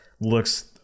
looks